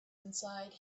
inside